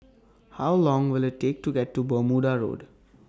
How Long Will IT Take to Walk to Bermuda Road